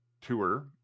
tour